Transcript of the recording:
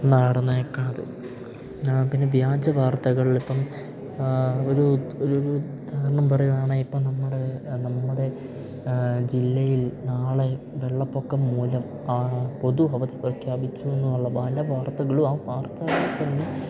നടന്നേക്കണത് പിന്നെ വ്യാജ വാർത്തകളിപ്പം ഒരു ഒരുരു ഉദാഹരണം പറയുകയാണേൽ ഇപ്പം നമ്മുടെ നമ്മുടെ ജില്ലയിൽ നാളെ വെള്ളപ്പൊക്കം മൂലം ആണ് പൊതു അവധി പ്രഖ്യാപിച്ചു എന്നുള്ള പല വാർത്തകളും ആ വാർത്തകളിൽ തന്നെ